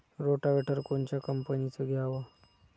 Rotavator कोनच्या कंपनीचं घ्यावं?